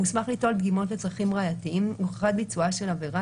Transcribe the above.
מוסמך ליטול דגימות לצרכים ראייתיhם להוכחת ביצועה של עבירה,